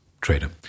trader